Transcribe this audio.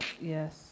Yes